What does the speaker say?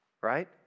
right